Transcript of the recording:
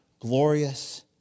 glorious